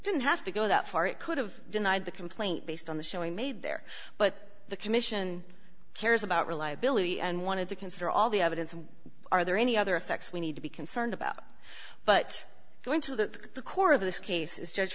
didn't have to go that far it could have denied the complaint based on the show we made there but the commission cares about reliability and wanted to consider all the evidence and are there any other effects we need to be concerned about but going to the core of this case is judge